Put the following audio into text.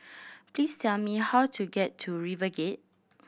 please tell me how to get to RiverGate